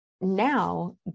now